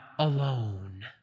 alone